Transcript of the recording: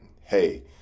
hey